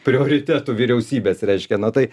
prioritetų vyriausybės reiškia nuo tai